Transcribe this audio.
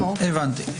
הבנתי.